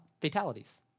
fatalities